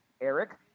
Eric